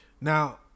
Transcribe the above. Now